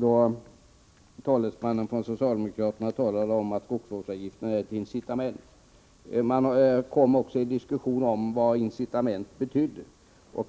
sade talesmannen för socialdemokraterna att de var ett incitament. Man kom också i diskussion om vad incitament betydde.